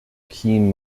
keen